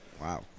Wow